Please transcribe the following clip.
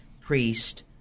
priest